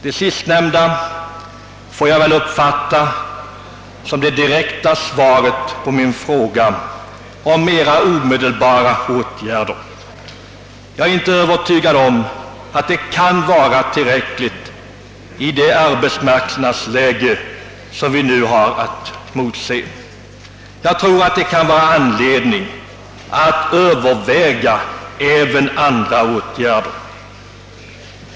Det sistnämnda får jag väl uppfatta som det direkta svaret på min fråga om mera omedelbara åtgärder, men jag är inte övertygad om att det är tillräckligt med tanke på det arbetsmarknadsläge som vi nu har att motse, utan troligen finns det anledning att överväga även andra åtgärder.